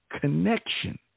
connection